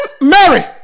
Mary